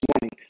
morning